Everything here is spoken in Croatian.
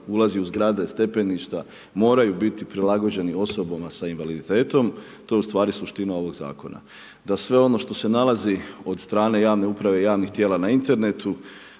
ulazi u zgrade, stepeništa moraju biti prilagođeni osobama sa invaliditetom, to je u stvari suština ovog zakona. Da sve ono što nalazi od strane javne uprave, javnih tijela na internetu,